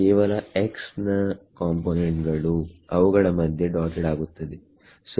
ಕೇವಲ x ನ component ಗಳು ಅವುಗಳ ಮಧ್ಯೆ ಡಾಟೆಡ್ ಆಗುತ್ತವೆ